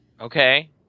Okay